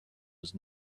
was